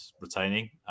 retaining